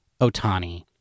Otani